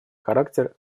характер